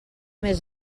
més